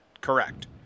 correct